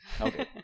Okay